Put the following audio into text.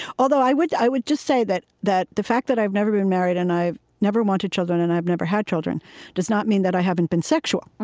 although i would i would just say that that the fact that i've never been married and i've never wanted children and i've never had children does not mean that i haven't been sexual.